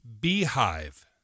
Beehive